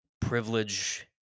privilege